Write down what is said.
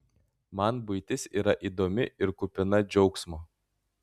man buitis yra įdomi ir kupina džiaugsmo